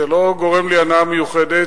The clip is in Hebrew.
זה לא גורם לי הנאה מיוחדת,